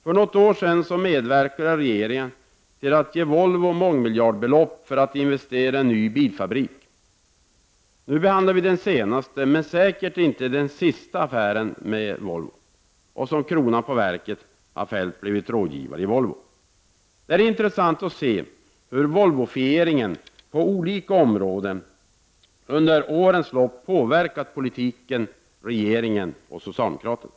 För något år sedan medverkade regeringen till att ge Volvo mångmiljardbelopp för att investera i en ny bilfabrik. Nu behandlar vi den senaste, men säkert inte den sista, affären med Volvo. Som kronan på verket har Feldt blivit rådgivare i Volvo. Det är intressant att se hur ”Volvofieringen” på olika områden under årens lopp påverkat politiken, regeringen och socialdemokraterna.